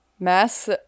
Mass